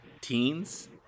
teens